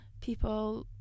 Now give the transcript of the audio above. people